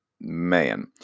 Man